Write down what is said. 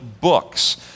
books